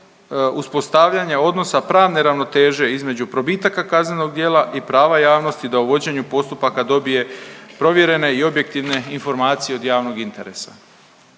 uspostavljanja odnosa pravne ravnoteže između probitaka kaznenog djela i prava javnosti da o vođenju postupaka dobije provjerene i objektivne informacije od javnog interesa.